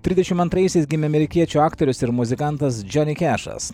trisdešimt antraisiais gimė amerikiečių aktorius ir muzikantas džoni kešas